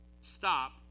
Stop